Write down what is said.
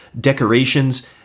decorations